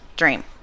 dream